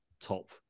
top